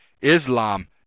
Islam